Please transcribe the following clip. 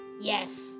yes